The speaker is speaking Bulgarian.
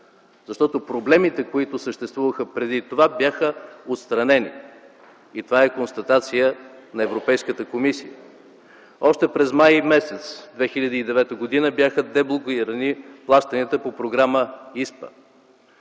Защото проблемите, които съществуваха преди това, бяха отстранени. И това е констатация на Европейската комисия. Още през м. май 2009 г. бяха деблокирани плащанията по програма ИСПА.